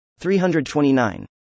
329